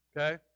Okay